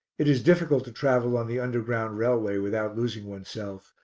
it is difficult to travel on the underground railway without losing oneself,